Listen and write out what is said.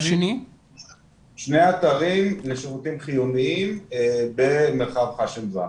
שני אתרים לשירותים חיוניים במרחב חאשם זאנה,